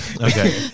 okay